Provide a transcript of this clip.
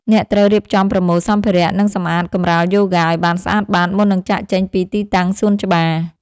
អ្នកត្រូវរៀបចំប្រមូលសម្ភារៈ និងសម្អាតកម្រាលយូហ្គាឱ្យបានស្អាតបាត មុននឹងចាកចេញពីទីតាំងសួនច្បារ។